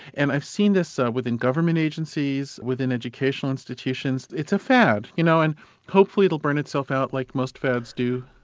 and i've seen this so within government agencies, within educational institutions. it's a fad, you know and hopefully it'll burn itself out like most fads do.